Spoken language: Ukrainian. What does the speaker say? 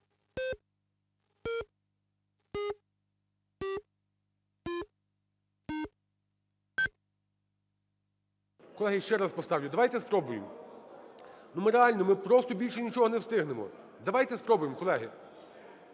Колеги, ще раз поставлю. Давайте спробуємо. Ми реально, ми просто більше нічого не встигнемо. Давайте спробуємо, колеги.